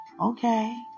Okay